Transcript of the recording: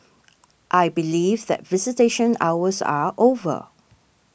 I believe that visitation hours are over